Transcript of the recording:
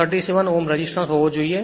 37 ohm resistance હોવો જોઈએ